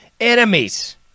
enemies